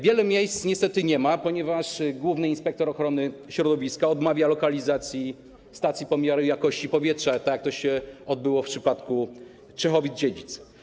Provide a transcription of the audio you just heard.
Wielu miejsc niestety nie ma, ponieważ główny inspektor ochrony środowiska odmawia lokalizacji stacji pomiaru i jakości powietrza, tak jak to się stało w przypadku Czechowic-Dziedzic.